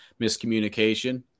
miscommunication